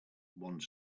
one